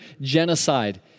genocide